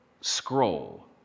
scroll